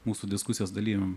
mūsų diskusijos dalyviam